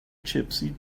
gypsy